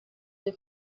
lill